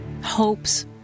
hopes